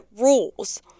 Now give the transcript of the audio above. rules